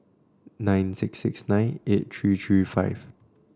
nine six six nine eight three three five